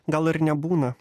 gal ir nebūna